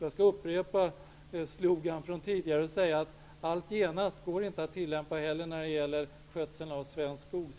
Jag skall upprepa slogan från tidigare och säga: ''Allt genast'' går inte att tillämpa när det gäller skötseln av svensk skog.